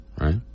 right